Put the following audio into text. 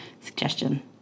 suggestion